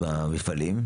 במפעלים.